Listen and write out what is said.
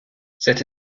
cette